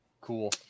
cool